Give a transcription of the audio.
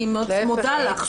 אני מאוד מודה לך.